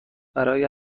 برای